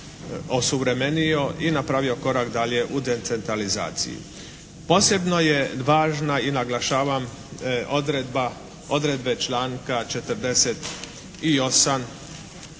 osuvremenio i napravio korak dalje u decentralizaciji. Posebno je važna i naglašavam odredba, odredbe članka 48.